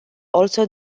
also